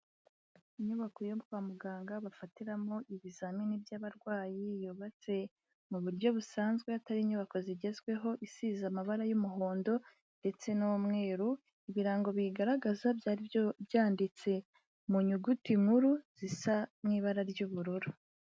Inyubako yo kwa muganga bafatiramo ibizamini by'abarwayi yubatse mu buryo busanzwe atari inyubako zigezweho, isize amabara y'umuhondo ndetse n'umweru, ibirango biyigaragaza byari byanditse mu nyuguti nkuru zisa mu ibara ry'ubururu.